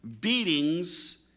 beatings